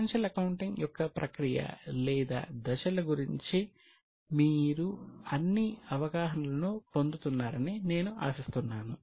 financial accounting యొక్క ప్రక్రియ లేదా దశల గురించి మీరు అన్ని అవగాహనలను పొందుతున్నారని నేను ఆశిస్తున్నాను